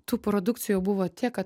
tų produkcijų buvo tiek kad